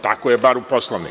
Tako je bar u Poslovniku.